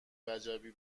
وجبی